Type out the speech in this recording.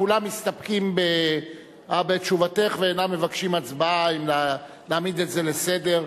כולם מסתפקים בתשובתך ואינם מבקשים הצבעה אם להעמיד את זה על סדר-היום.